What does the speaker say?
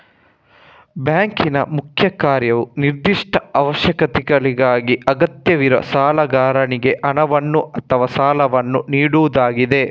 ಬ್ಯಾಂಕಿನ ಮುಖ್ಯ ಕಾರ್ಯವು ನಿರ್ದಿಷ್ಟ ಅವಶ್ಯಕತೆಗಳಿಗಾಗಿ ಅಗತ್ಯವಿರುವ ಸಾಲಗಾರನಿಗೆ ಹಣವನ್ನು ಅಥವಾ ಸಾಲವನ್ನು ನೀಡುವುದಾಗಿದೆ